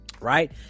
Right